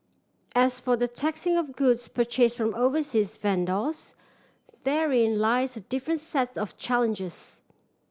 as for the taxing of goods purchase from overseas vendors therein lies a different sets of challenges